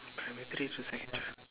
primary three to sec three